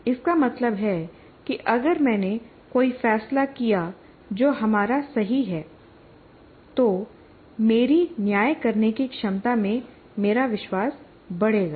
इसका मतलब है कि अगर मैंने कोई फैसला किया जो हमारा सही है तो मेरी न्याय करने की क्षमता में मेरा विश्वास बढ़ेगा